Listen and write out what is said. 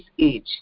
age